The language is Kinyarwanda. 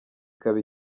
ikaba